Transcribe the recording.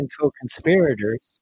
co-conspirators